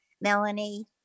Melanie